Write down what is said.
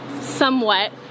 somewhat